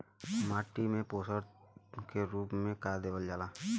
माटी में पोषण के रूप में का देवल जाला?